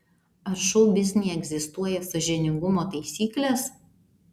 ar šou biznyje egzistuoja sąžiningumo taisyklės